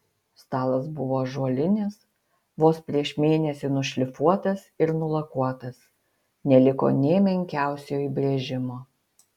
stalas buvo ąžuolinis vos prieš mėnesį nušlifuotas ir nulakuotas neliko nė menkiausio įbrėžimo